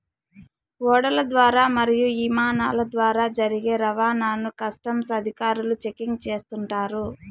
ఓడల ద్వారా మరియు ఇమానాల ద్వారా జరిగే రవాణాను కస్టమ్స్ అధికారులు చెకింగ్ చేస్తుంటారు